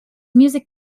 music